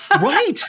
Right